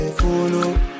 follow